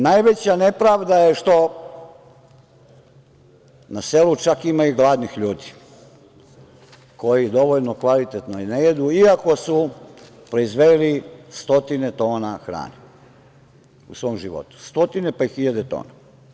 Najveća nepravda je što na selu čak ima i gladnih ljudi koji dovoljno kvalitetno i ne jedu, iako su proizveli stotine tona hrane u svom životu, stotine, pa i hiljade tona.